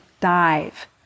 dive